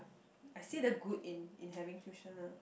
I see the good in in having tuition lah